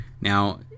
Now